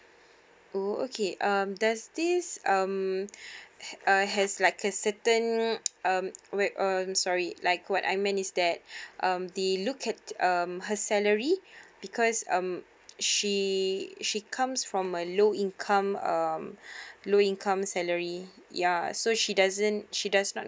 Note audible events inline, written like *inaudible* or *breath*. *breath* oh okay um does this um has like a certain um sorry like what I meant is that *breath* um they look at um her salary *breath* because um she she comes from a low income um *breath* low income salary ya so she doesn't she does not